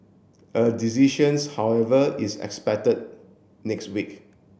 a decisions however is expected next week